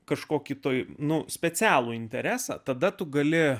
kažko kito nu specialų interesą tada tu gali